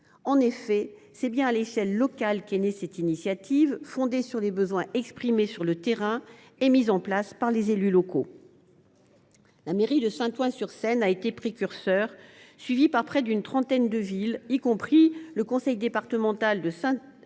En effet, c’est bien à l’échelle locale qu’est née cette initiative, fondée sur les besoins exprimés sur le terrain et mise en place par les élus locaux. La mairie de Saint Ouen sur Seine a été précurseur, suivie par près d’une trentaine de villes et par le conseil départemental de Seine